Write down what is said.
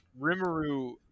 Rimuru